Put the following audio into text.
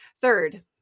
Third